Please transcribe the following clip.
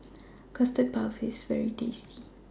Custard Puff IS very tasty